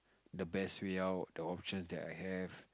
the best way out the options that I have